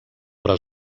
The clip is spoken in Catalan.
però